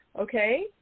okay